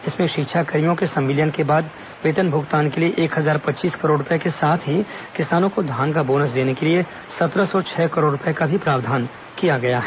इसमें शिक्षाकर्मियों के संविलियन के बाद वेतन भुगतान के लिए एक हजार पच्चीस करोड़ रूपए के साथ ही किसानों को धान का बोनस देने के लिए सत्रह सौ छह करोड़ रूपए का भी प्रावधान किया गया है